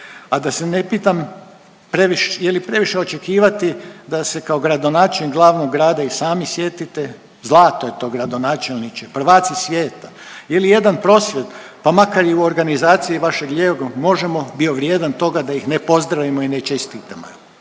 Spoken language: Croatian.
A da se ne pitam je li previše očekivati da se kao gradonačelnik glavnog grada i sami sjetite zlato je to gradonačelniče, prvaci svijeta ili jedan prosvjed pa makar i u organizaciji vašeg lijevog MOŽEMO bio vrijedan toga da ih ne pozdravimo i ne čestitamo